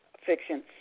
Fiction